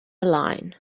line